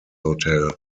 hotel